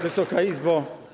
Wysoka Izbo!